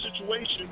situation